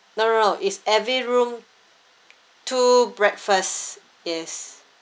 no no no it's every room two breakfast yes